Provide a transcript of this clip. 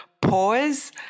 pause